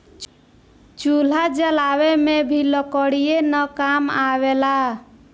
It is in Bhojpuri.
चूल्हा जलावे में भी लकड़ीये न काम आवेला